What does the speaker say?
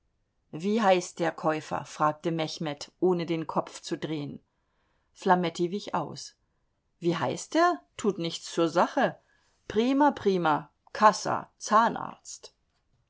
wie heißt der käufer fragte mechmed ohne den kopf zu drehen flametti wich aus wie heißt er tut nichts zur sache prima prima kassa zahnarzt